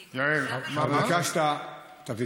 לך: העבודה התחילה והפסיקה.